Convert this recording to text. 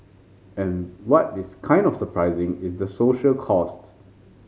and what is kind of surprising is the social costs